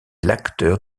l’acteur